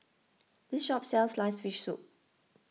this shop sells Sliced Fish Soup